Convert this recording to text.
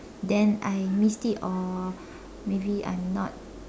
then I missed it or maybe I'm not